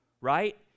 right